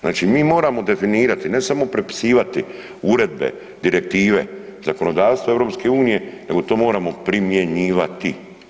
Znači mi moramo definirati, ne samo prepisivati uredbe, direktive, zakonodavstvo EU nego to moramo primjenjivati.